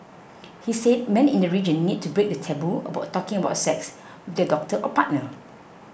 he said men in the region need to break the taboo about talking about sex with their doctor or partner